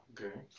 Okay